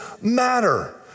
matter